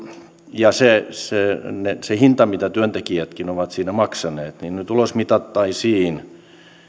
ja se hinta mitä työntekijätkin ovat siinä maksaneet nyt ulosmitattaisiin